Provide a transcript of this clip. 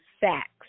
facts